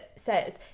says